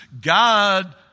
God